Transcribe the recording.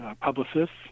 publicists